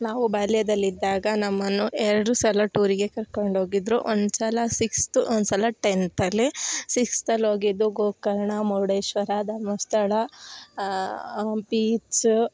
ನಾವು ಬಾಲ್ಯದಲ್ಲಿದ್ದಾಗ ನಮ್ಮನ್ನು ಎರಡು ಸಲ ಟೂರಿಗೆ ಕರ್ಕೊಂಡೋಗಿದ್ರು ಒಂದುಸಲ ಸಿಕ್ಸ್ತ್ ಒಂದು ಸಲ ಟೆಂತ್ ಅಲ್ಲಿ ಸಿಕ್ಸ್ತ್ ಅಲ್ಲಿ ಹೋಗಿದ್ದು ಗೋಕರ್ಣ ಮುರುಡೇಶ್ವರ ಧರ್ಮಸ್ಥಳ ಪೀಚ್ಸ್